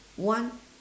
one